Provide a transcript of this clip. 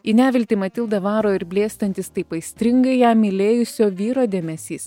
į neviltį matildą varo ir blėstantis taip aistringai ją mylėjusio vyro dėmesys